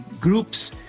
groups